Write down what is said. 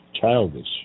childish